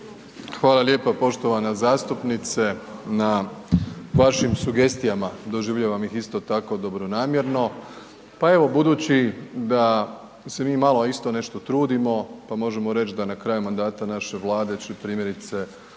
Hvala lijepa poštovana zastupnice na vašim sugestijama, doživljavam ih isto tako dobronamjerno, pa evo budući da se mi malo isto nešto trudimo, pa možemo reć da na kraju mandata naše Vlade će primjerice